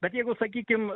bet jeigu sakykim